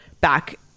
back